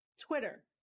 Twitter